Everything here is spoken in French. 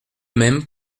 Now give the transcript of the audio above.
même